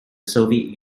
soviet